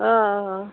অঁ